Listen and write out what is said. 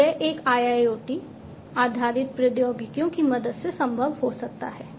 तो यह एक IIoT आधारित प्रौद्योगिकियों की मदद से संभव हो सकता है